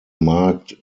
markt